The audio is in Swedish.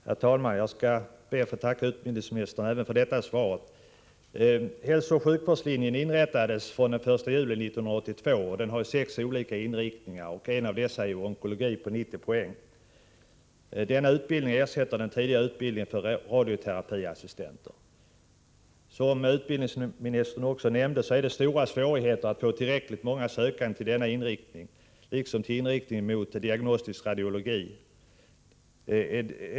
Herr talman! Jag skall be att få tacka utbildningsministern även för detta svar. Hälsooch sjukvårdslinjen är inrättad sedan den 1 juli 1982. Den har sex olika inriktningar. En av dessa är inriktningen på onkologi 90 poäng. Denna utbildning ersätter den tidigare utbildningen för radioterapiassistenter. Som utbildningsministern nämnde är det stora svårigheter att få tillräckligt många sökande till denna inriktning, liksom till inriktningen mot diagnostisk radiologi.